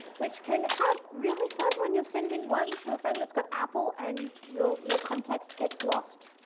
which can have really fun when you're sending one to a friend that's got apple and your your context gets lost.